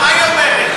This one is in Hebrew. מה היא אומרת?